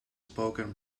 spoken